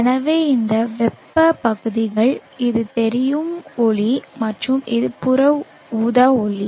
எனவே இவை வெப்ப பகுதிகள் இது தெரியும் ஒளி மற்றும் இது புற ஊதா பகுதி